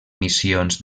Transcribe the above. missions